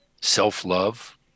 self-love